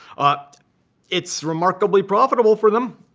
ah but it's remarkably profitable for them.